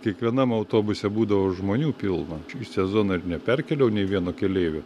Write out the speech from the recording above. kiekvienam autobuse būdavo žmonių pilna šį sezoną ir neperkėliau nei vieno keleivio